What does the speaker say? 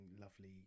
lovely